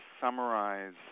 summarize